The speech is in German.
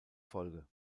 folge